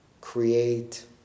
create